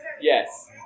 Yes